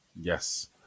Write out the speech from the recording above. Yes